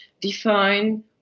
define